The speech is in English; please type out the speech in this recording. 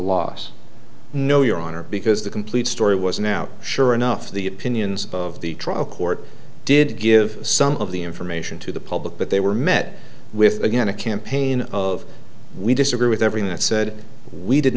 loss know your honor because the complete story was now sure enough the opinions of the trial court did give some of the information to the public but they were met with again a campaign of we disagree with everything that said we did